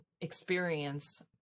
experience